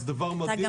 אתה גם